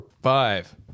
Five